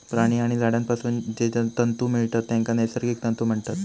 प्राणी आणि झाडांपासून जे तंतु मिळतत तेंका नैसर्गिक तंतु म्हणतत